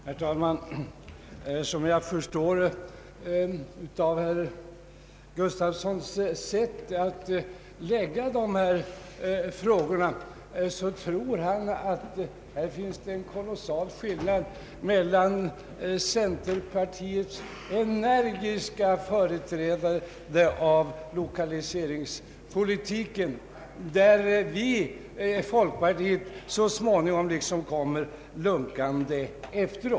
Herr talman! Jag förstår av herr Gustafssons sätt att lägga upp dessa frågor att han tror att det är en kolossal skillnad mellan centerpartiets energiska agerande när det gäller lokaliseringspolitiken och folkpartiets; vi kommer så småningom lunkande efter.